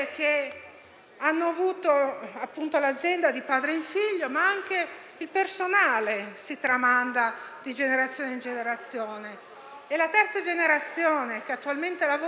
hanno avuto l'azienda tramandata di padre in figlio, ma anche il personale si tramanda di generazione in generazione, e la terza generazione che attualmente vi lavora